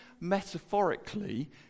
metaphorically